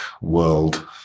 world